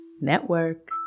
Network